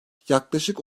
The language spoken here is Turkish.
yaklaşık